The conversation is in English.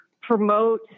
promote